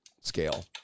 scale